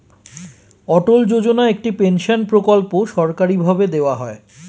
অটল যোজনা একটি পেনশন প্রকল্প সরকারি ভাবে দেওয়া হয়